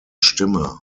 stimme